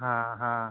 हाँ हाँ